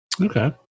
Okay